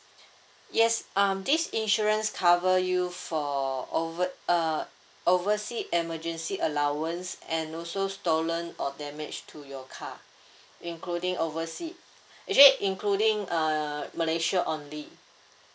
yes um this insurance cover you for over uh overseas emergency allowance and also stolen or damage to your car including overseas actually including uh malaysia only